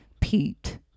Pete